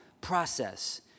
process